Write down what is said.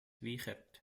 wiechert